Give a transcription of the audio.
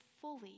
fully